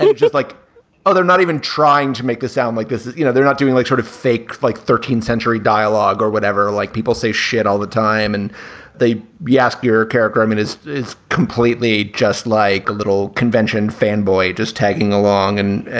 and just like other not even trying to make it sound like this. you know, they're not doing like sort of fakes like thirteenth century dialogue or whatever. like people say shit all the time and they yeah ask your character, i mean, is it's completely just like a little convention fanboy just tagging along. and,